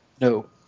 no